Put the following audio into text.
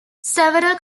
several